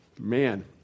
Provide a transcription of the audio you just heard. Man